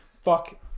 Fuck